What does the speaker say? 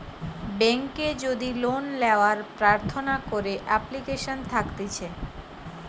বেংকে যদি লোন লেওয়ার প্রার্থনা করে এপ্লিকেশন থাকতিছে